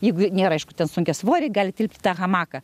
jeigu nėra aišku ten sunkiasvoriai gali tilpt į tą hamaką